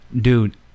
Dude